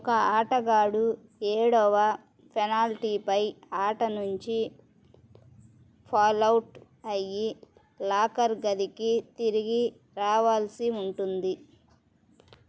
ఒక ఆటగాడు ఏడవ పెనాల్టీపై ఆట నుంచి ఫౌల్ అవుట్ అయ్యి లాకర్ గదికి తిరిగి రావాల్సి ఉంటుంది